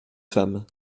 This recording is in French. femmes